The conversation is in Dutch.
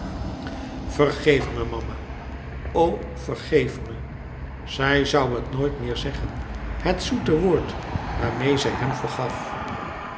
vergeef me mama o vergeef me zij zoû het nooit meer zeggen het zoete woord waarmeê zij hem vergaf